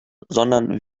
sondern